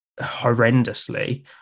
horrendously